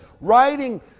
writing